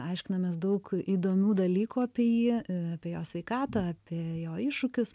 aiškinamės daug įdomių dalykų apie jį apie jo sveikatą apie jo iššūkius